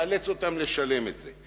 ונכפיף אותם ונאלץ אותם לשלם את זה.